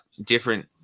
different